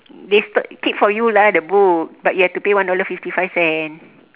they st~ keep for you lah the book but you have to pay one dollar fifty five cent